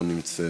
לא נמצא,